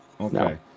Okay